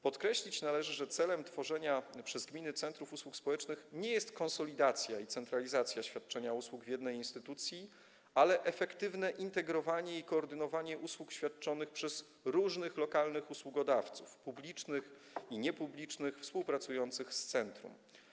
Podkreślić należy, że celem tworzenia przez gminy centrów usług społecznych nie jest konsolidacja i centralizacja świadczenia usług w jednej instytucji, ale efektywne integrowanie i koordynowanie usług świadczonych przez różnych lokalnych usługodawców publicznych i niepublicznych współpracujących z centrum.